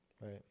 Right